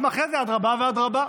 גם אחרי זה, אדרבה ואדרבה.